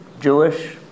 Jewish